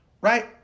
Right